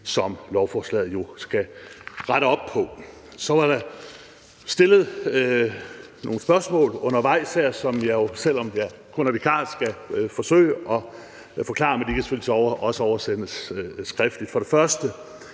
som lovforslaget jo skal rette op på. Der er stillet nogle spørgsmål undervejs her, som jeg, selv om jeg jo kun er vikar, skal forsøge at svare på, men de kan selvfølgelig også oversendes skriftligt. Først er der